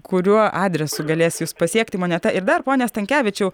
kuriuo adresu galės jus pasiekti moneta ir dar pone stankevičiau